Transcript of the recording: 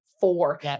four